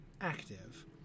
active